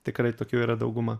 tikrai tokių yra dauguma